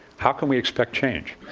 how can we expect change?